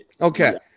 Okay